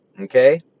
Okay